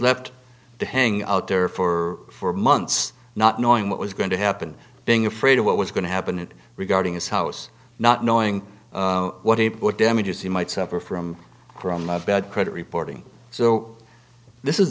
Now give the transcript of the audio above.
left to hang out there for four months not knowing what was going to happen being afraid of what was going to happen it regarding his house not knowing what it would damages he might suffer from from a bad credit reporting so this is